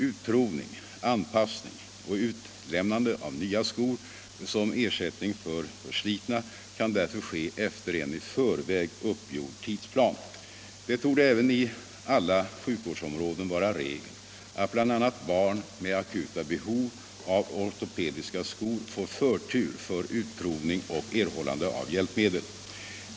Utprovning, anpassning och utlämnande av nya skor som ersättning för förslitna kan därför ske efter en i förväg uppgjord tidsplan. Det torde även i alla sjukvårdsområden vara regel att bl.a. barn med akuta behov av ortopediska skor får förtur för utprovning och erhållande av hjälpmedel.